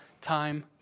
Time